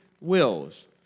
wills